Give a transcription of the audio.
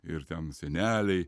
ir ten seneliai